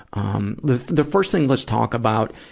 um the, the first thing, let's talk about,